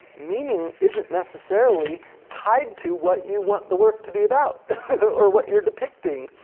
meaning isn't necessarily tied to what you want the work to be about or what you're depicting.